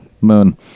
moon